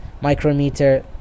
micrometer